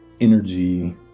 energy